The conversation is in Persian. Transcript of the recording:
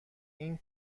این